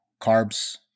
carbs